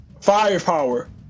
firepower